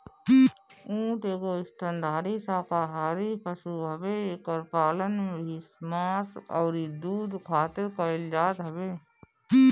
ऊँट एगो स्तनधारी शाकाहारी पशु हवे एकर पालन भी मांस अउरी दूध खारित कईल जात हवे